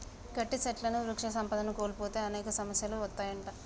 గట్టి సెట్లుని వృక్ష సంపదను కోల్పోతే అనేక సమస్యలు అత్తాయంట